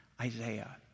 Isaiah